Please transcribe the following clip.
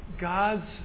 God's